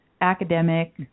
academic